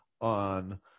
on